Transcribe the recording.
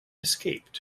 escaped